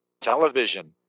television